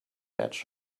edge